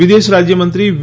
વિદેશ રાજ્યમંત્રી વી